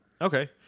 Okay